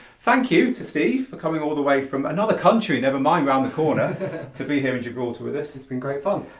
thank you to steve for coming all the way from another country never mind around the corner to be here in gibraltar with us. it's been great fun.